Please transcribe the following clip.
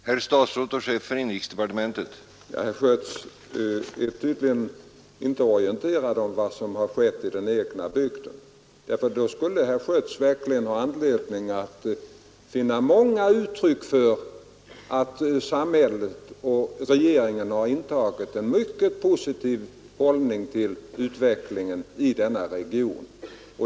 Herr talman! Herr Schött är tydligen inte orienterad om vad som har skett i den egna bygden, för annars skulle herr Schött verkligen ha anledning att finna många uttryck för att samhället och regeringen har intagit en mycket positiv hållning till utvecklingen i denna region.